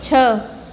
છ